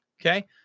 Okay